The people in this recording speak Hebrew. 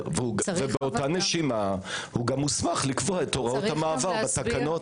ובאותה נשימה הוא גם מוסמך לקבוע את הוראות המעבר בתקנות.